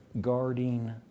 guarding